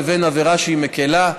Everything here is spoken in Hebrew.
לבין עבירה שהיא מקילה,